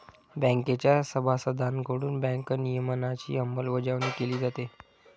बँकेच्या सभासदांकडून बँक नियमनाची अंमलबजावणी केली जाते